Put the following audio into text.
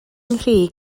nghri